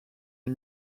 est